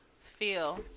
Feel